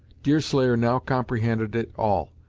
deerslayer now comprehended it all.